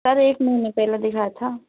sir एक महीने पे ले दिखाया था